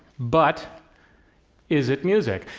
but is it music?